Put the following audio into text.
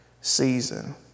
season